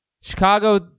Chicago